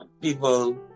people